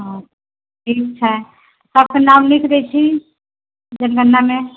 हँ ठीक छै सबके नाम लिख दै छी जनगणना मे